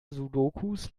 sudokus